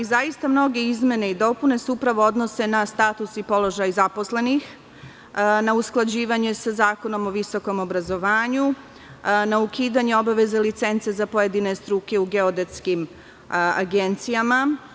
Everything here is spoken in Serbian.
Zaista mnoge izmene i dopune se upravo odnose na status i položaj zaposlenih, na usklađivanje sa Zakonom o visokom obrazovanju, na ukidanje obaveze licence za pojedine struke u geodetskim agencijama.